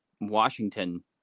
Washington